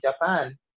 Japan